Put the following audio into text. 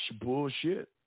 Bullshit